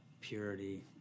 purity